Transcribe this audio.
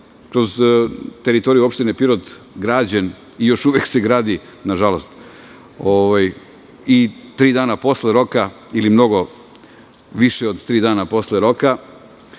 kroz teritoriju opštine Pirot građen i još uvek se gradi, nažalost, i tri dana posle roka ili mnogo više od tri dana posle roka,